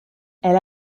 elle